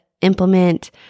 implement